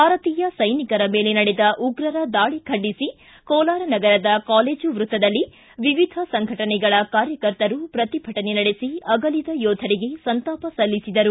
ಭಾರತೀಯ ಸೈನಿಕರ ಮೇಲೆ ನಡೆದ ಉಗ್ರರ ದಾಳಿ ಖಂಡಿಸಿ ಕೋಲಾರ ನಗರದ ಕಾಲೇಜು ವೃತ್ತದಲ್ಲಿ ವಿವಿಧ ಸಂಘಟನೆಗಳ ಕಾರ್ಯಕರ್ತರು ಪ್ರತಿಭಟನೆ ನಡೆಸಿ ಅಗಲಿದ ಯೋಧರಿಗೆ ಸಂತಾಪ ಸಲ್ಲಿಸಿದರು